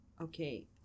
okay